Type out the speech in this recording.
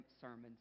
sermons